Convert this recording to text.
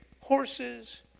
horses